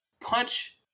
punch